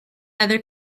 other